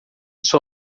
sua